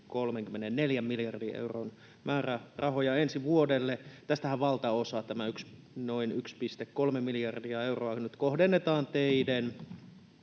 3,34 miljardin euron määrärahoja ensi vuodelle. Tästähän valtaosa, tämä noin 1,3 miljardia euroa, nyt kohdennetaan teiden,